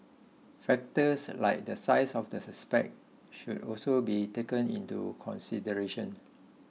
factors like the size of the suspect should also be taken into consideration